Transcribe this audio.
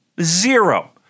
zero